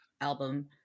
album